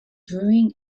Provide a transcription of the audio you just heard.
brewing